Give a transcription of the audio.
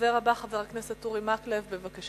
הדובר הבא, חבר הכנסת אורי מקלב, בבקשה.